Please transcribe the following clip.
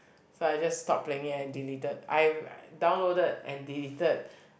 so I just stop playing and deleted I've downloaded and deleted